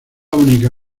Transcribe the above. única